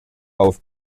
auf